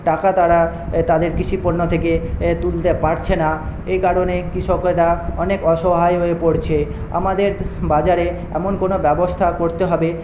টাকা তারা তাদের কৃষিপণ্য থেকে তুলতে পারছে না এই কারণে কৃষকরা অনেক অসহায় হয়ে পড়ছে আমাদের বাজারে এমন কোনও ব্যবস্থা করতে হবে